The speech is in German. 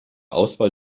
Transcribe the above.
auswahl